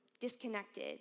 disconnected